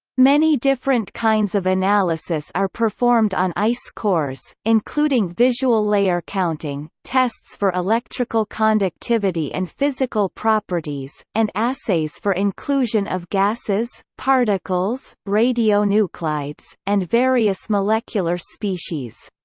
many different kinds of analysis are performed on ice cores, including visual layer counting, tests for electrical conductivity and physical properties, and assays for inclusion of gases, particles, radionuclides, and various molecular species.